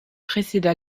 précéda